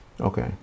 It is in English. Okay